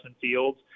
Fields